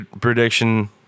prediction